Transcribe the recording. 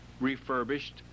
refurbished